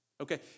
Okay